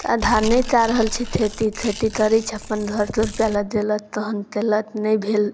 तऽ आधा नहि कऽ रहल छै खेती खेती करै छै अपन घरसँ रुपैआ लगेलक तहन केलक नहि भेल